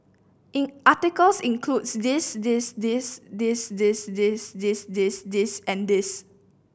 in articles include this this this this this this this this this and this